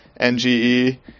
NGE